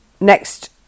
next